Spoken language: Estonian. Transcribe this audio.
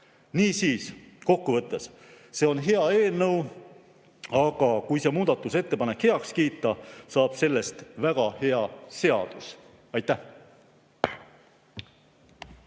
Niisiis kokku võttes: see on hea eelnõu, aga kui see muudatusettepanek heaks kiita, saab sellest väga hea seadus. Aitäh!